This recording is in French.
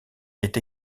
est